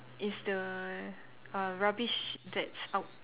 is the uh rubbish that's out